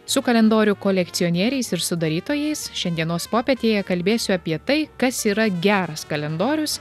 su kalendorių kolekcionieriais ir sudarytojais šiandienos popietėje kalbėsiu apie tai kas yra geras kalendorius